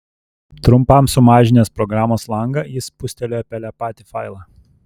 trumpam sumažinęs programos langą jis spustelėjo pele patį failą